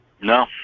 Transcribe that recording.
No